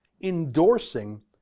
endorsing